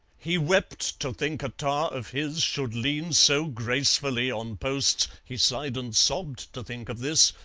he wept to think a tar of his should lean so gracefully on posts, he sighed and sobbed to think of this,